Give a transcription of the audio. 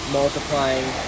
multiplying